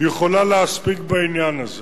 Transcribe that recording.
יכולה להספיק בעניין הזה,